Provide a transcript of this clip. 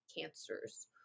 cancers